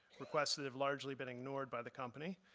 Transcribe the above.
requests that have largely been ignored by the company,